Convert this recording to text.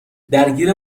درگیر